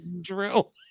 drill